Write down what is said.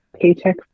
paycheck